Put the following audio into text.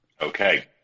Okay